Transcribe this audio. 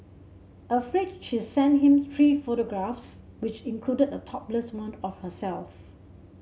afraid she sent him three photographs which included a topless one of herself